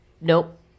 nope